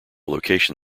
location